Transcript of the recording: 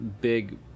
big